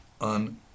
on